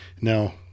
Now